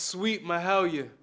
sweet my how y